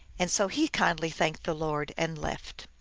and so he kindly thanked the lord, and left.